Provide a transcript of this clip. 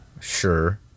Sure